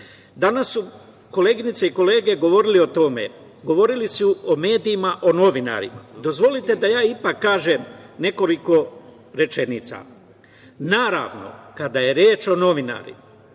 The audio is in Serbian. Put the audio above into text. su koleginice i kolege govorile o tome. Govorili su o medijima, o novinarima. Dozvolite da ja ipak kažem nekoliko rečenica. Naravno, kada je reč o novinarima